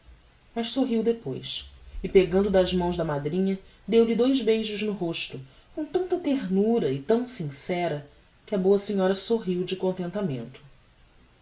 mas sorriu depois e pegando das mãos da madrinha deu-lhe dous beijos no rosto com tanta ternura e tão sincera que a boa senhora sorriu de contentamento